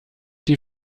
die